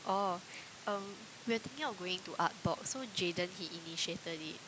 oh um we are thinking of going to Artbox so Jayden he initiated it